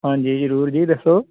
ਹਾਂਜੀ ਜ਼ਰੂਰ ਜੀ ਦੱਸੋ